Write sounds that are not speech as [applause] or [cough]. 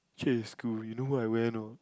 [noise] school you know what I wear or not